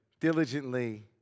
diligently